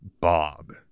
Bob